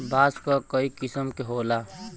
बांस क कई किसम क होला